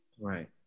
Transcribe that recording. Right